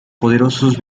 poderosos